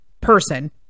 person